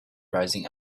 rising